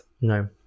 No